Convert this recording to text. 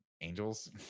angels